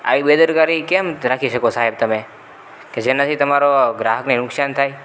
આવી બેદરકારી કેમ રાખી શકો સાહેબ તમે કે જેનાથી તમારો ગ્રાહકને નુકસાન થાય